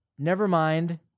nevermind